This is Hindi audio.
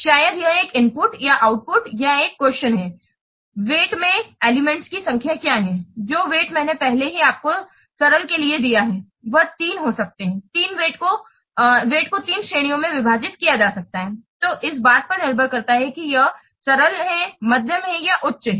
शायद यह एक इनपुट या आउटपुट या एक प्रश्न है वेट में एलिमेंट्स की संख्या क्या है जो वेट मैंने पहले ही आपको सरल के लिए दिया है वह तीन हो सकता है 3 वेट को तीन श्रेणियों में विभाजित किया जा सकता है जो इस बात पर निर्भर करता है कि यह सरल है या मध्यम या उच्च है